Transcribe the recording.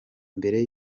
mbere